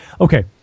Okay